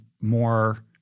more